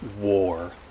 war